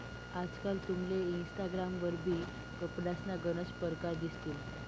आजकाल तुमले इनस्टाग्राम वरबी कपडासना गनच परकार दिसतीन